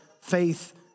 faith